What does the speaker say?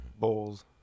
Bowls